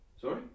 Sorry